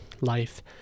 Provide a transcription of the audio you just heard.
life